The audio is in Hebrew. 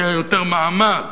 היה יותר מעמד.